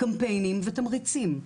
קמפיינים ותמריצים.